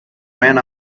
ran